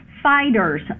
Fighters